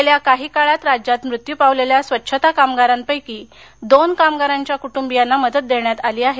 गेल्या काही काळात राज्यात मृत्यू पावलेल्या स्वच्छता कामगारांपैकी दोन कामगारांच्या कुटुंबियांना मदत देण्यात आली आहे